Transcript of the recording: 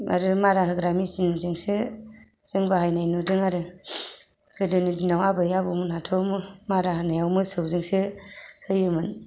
आरो मारा होग्रा मेसिनजोंसो जों बाहायनाय नुदों आरो गोदोनि दिनाव आबै आबौमोनहाथ' मारा होनायाव मोसौजोंसो होयोमोन